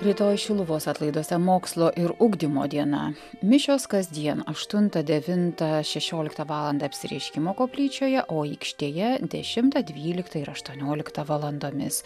rytoj šiluvos atlaiduose mokslo ir ugdymo diena mišios kasdien aštuntą devintą šešioliktą valandą apsireiškimo koplyčioje o aikštėje dešimtą dvyliktą ir aštuonioliktą valandomis